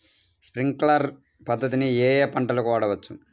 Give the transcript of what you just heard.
Sprinkler పద్ధతిని ఏ ఏ పంటలకు వాడవచ్చు?